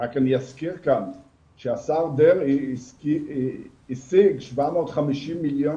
רק אזכיר כאן שהשר דרעי השיג 750 מיליון